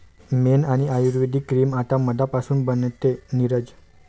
मेण आणि आयुर्वेदिक क्रीम आता मधापासून बनते, नीरज